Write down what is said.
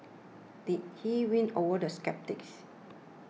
did he win over the sceptics